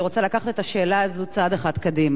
אני רוצה לקחת את השאלה הזאת צעד אחד קדימה.